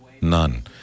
None